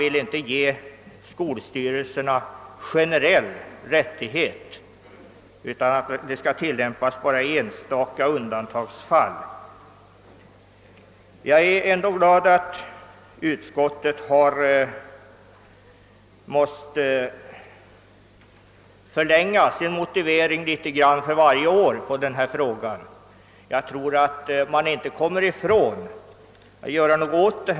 Man anser att skolstyrelserna inte skall få någon generell rättighet av det slaget, utan att en förlängning bara skall ske i enstaka undantagsfall. Men jag är ändå glad över att utskottet för varje år har måst något utvidga sin motivering i den här frågan, och jag tror inte att man kommer ifrån saken.